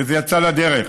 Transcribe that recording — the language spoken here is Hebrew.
וזה יצא לדרך,